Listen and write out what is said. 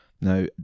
now